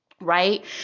Right